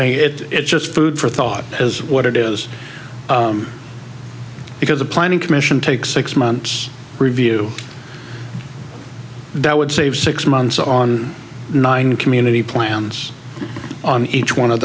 mean it's just food for thought as what it is because the planning commission takes six months review that would save six months on nine community plans on each one of